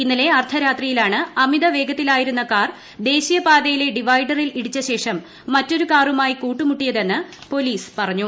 ഇന്നലെ അർദ്ധരാത്രിയിലാണ് അമിത വേഗതയിലായിരുന്ന കാർ ദേശീയപാതയിലെ ഡിവൈഡറിൽ ഇടിച്ച ശേഷം മറ്റൊരു കാറുമായി കൂട്ടിമുട്ടിയതെന്ന് പൊലീസ് പറഞ്ഞു